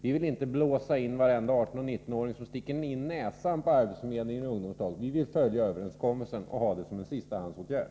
Vi vill inte blåsa in varenda 18 eller 19-åring som sticker in näsan på arbetsförmedlingen i ungdomslag. Vi vill följa överenskommelsen och ha det som en sistahandsåtgärd.